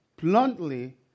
bluntly